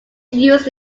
used